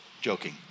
joking